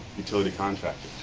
utility contractor.